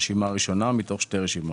רשימה ראשונה מתוך שתי רשימות.